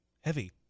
heavy